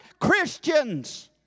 Christians